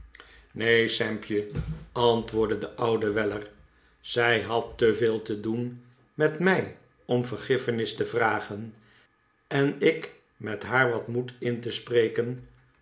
neen sampje antwoordde de oude weller zij had te veel te doen met mij om vergiffenis te vragen en ik met haar wat moed in te spreken